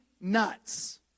nuts